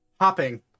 hopping